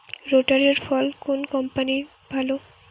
রোটারের ফল কোন কম্পানির ভালো?